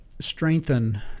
strengthen